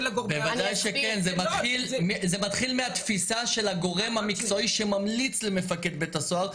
זה מתחיל מהתפיסה של הגורם המקצועי שממליץ למפקד בית הסוהר,